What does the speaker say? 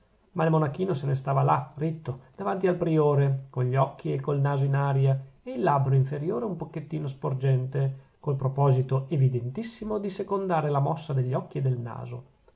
ma il monachino se ne stava là ritto davanti al priore con gli occhi e il naso in aria e il labbro inferiore un pochettino sporgente col proposito evidentissimo di secondare la mossa degli occhi e del naso